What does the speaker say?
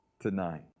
tonight